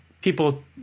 People